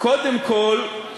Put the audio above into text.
קודם כול,